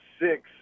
six